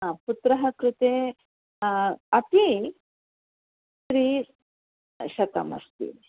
हा पुत्रः कृते अपि त्रिशतमस्ति